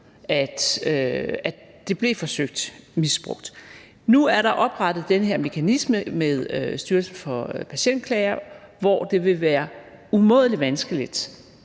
at det blev forsøgt misbrugt. Nu er der oprettet den her mekanisme med Styrelsen for Patientklager, hvor det vil være umådelig vanskeligt